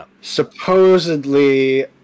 supposedly